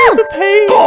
and the pain!